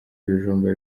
ibijumba